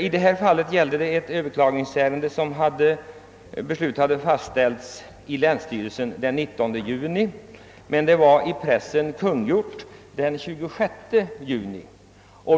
I detta fall gällde det ett överklagningsärende i fråga om ett beslut som hade fastställts av länsstyrelsen den 19 juni. I pressen hade beslutet emellertid kungjorts den 26 juni.